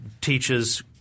teaches